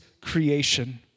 creation